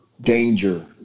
danger